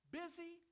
busy